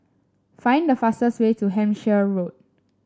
find the fastest way to Hampshire Road